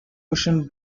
cushion